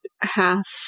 half